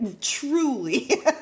Truly